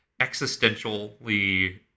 existentially